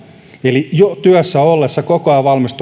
eli jo työssä ollessa koko